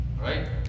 Right